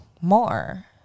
More